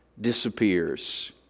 disappears